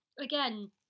again